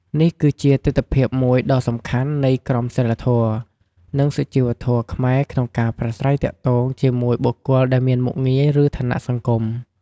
នេះគឺជាទិដ្ឋភាពមួយដ៏សំខាន់នៃក្រមសីលធម៌ និងសុជីវធម៌ខ្មែរក្នុងការប្រាស្រ័យទាក់ទងជាមួយបុគ្គលដែលមានមុខងារ ឬឋានៈក្នុងសង្គម។